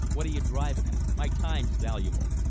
what are you driving at? my time's valuable.